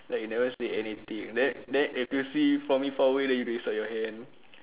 like you never say anything then then if you see for me far away that you raise up your hand